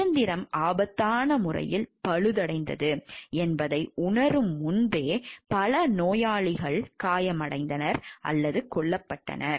இயந்திரம் ஆபத்தான முறையில் பழுதடைந்துள்ளது என்பதை உணரும் முன்பே பல நோயாளிகள் காயமடைந்தனர் அல்லது கொல்லப்பட்டனர்